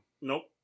Nope